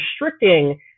restricting